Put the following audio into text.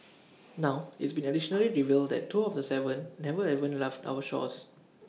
now it's been additionally revealed that two of the Seven never even left our shores